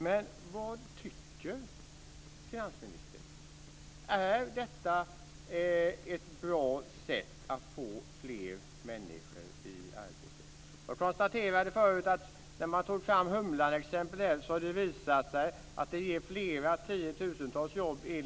Men vad tycker finansministern? Är detta ett bra sätt att få fler människor i arbete? Jag konstaterade tidigare, när jag tog fram Humlanexemplet, att det enligt en undersökning har visat sig att det ger flera tiotusentals jobb.